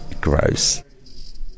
gross